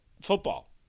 football